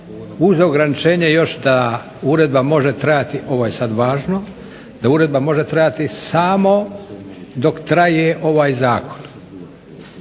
uz ograničenje da uredba još može trajati, ovo je sada važno, da uredba može trajati samo dok traje ovaj zakon.